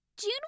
June